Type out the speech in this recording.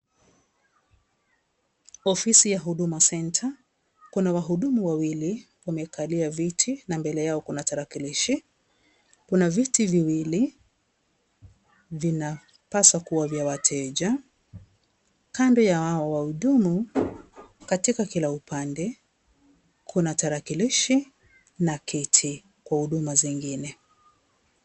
Ofisi ya huduma centre kuna wahudumu wawili wamekalia viti na mbele Yao kuna tarakilishi ,kuna viti viwili vinapaswa kuwa vya wateja ,kando ya hao wao wahudumu katika kila upande kuna tarakilishi na viti vya wahudumu wengine.